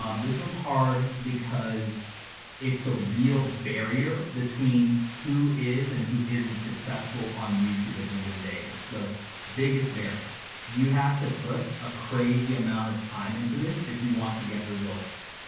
um this one's hard because it's the real barrier between who is and who isn't successful on youtube at the end of the day. it's the biggest barrier. you have to put a crazy amount of time into this if you want to get results.